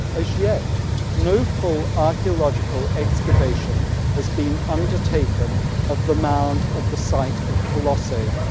as yet no full archaeological excavation has been undertaken of the mound of the site of colossae.